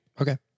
Okay